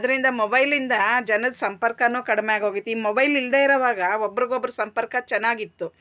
ಅದರಿಂದ ಮೊಬೈಲಿಂದ ಜನರ ಸಂಪರ್ಕವೂ ಕಡ್ಮೆ ಆಗಿ ಹೋಗಿತ್ತು ಈ ಮೊಬೈಲ್ ಇಲ್ದೆ ಇರೋವಾಗ ಒಬ್ರ್ಗೊಬ್ರು ಸಂಪರ್ಕ ಚೆನ್ನಾಗಿ ಇತ್ತು